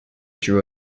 drew